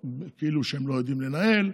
כאילו שהם לא יודעים לנהל,